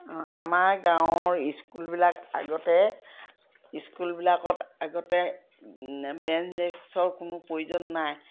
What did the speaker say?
আমাৰ গাঁৱৰ স্কুলবিলাক আগতে স্কুলবিলাকত আগতে বেঞ্চ ডেক্সৰ কোনো প্ৰয়োজন নাই